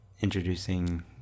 introducing